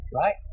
right